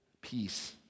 peace